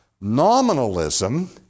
Nominalism